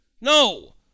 no